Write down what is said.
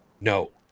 no